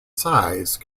size